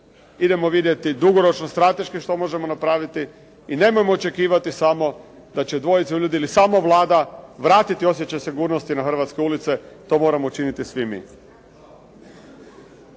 Idemo vidjeti dugoročno strateški što možemo napraviti? I nemojmo očekivati samo da će dvojica ljudi ili samo Vlada vratiti osjećaj sigurnosti na hrvatske ulice. To moramo učiniti svi mi.